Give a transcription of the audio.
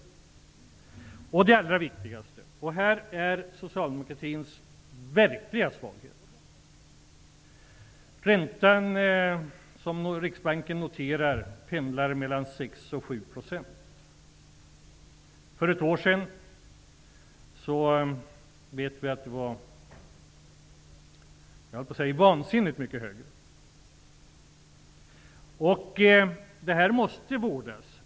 Sedan har vi det allra viktigaste, vilket också är socialdemokratins verkliga svaghet. Den ränta riksbanken noterar pendlar mellan 6 och 7 %. För ett år sedan var räntan vansinnigt mycket högre. Detta låga ränteläge måste vårdas.